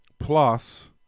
Plus